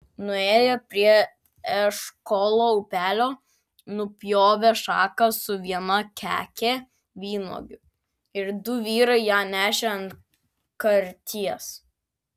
nuėję prie eškolo upelio nupjovė šaką su viena keke vynuogių ir du vyrai ją nešė ant karties